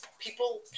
people